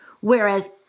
Whereas